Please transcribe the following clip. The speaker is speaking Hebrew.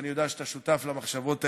אני יודע שאתה שותף למחשבות האלה,